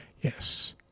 Yes